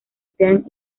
stern